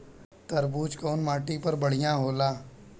तरबूज कउन माटी पर बढ़ीया होला?